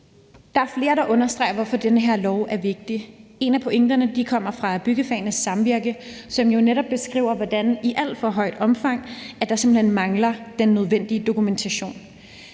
Der er flere, der understreger, hvorfor den her lov er vigtig. En af pointerne kommer fra Byggefagenes Samvirke, som jo netop beskriver, hvordan der i et alt for højt omfang simpelt hen mangler den nødvendige dokumentation.